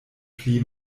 pli